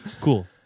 cool